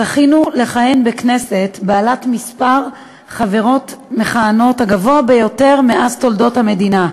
זכינו לכהן בכנסת בעלת מספר החברות המכהנות הגבוה ביותר בתולדות המדינה,